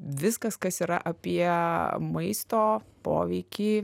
viskas kas yra apie maisto poveikį